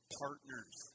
partners